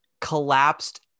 collapsed